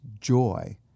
joy